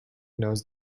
knows